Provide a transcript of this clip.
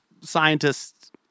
scientists